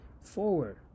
forward